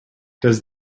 does